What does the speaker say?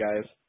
guys